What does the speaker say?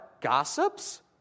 gossips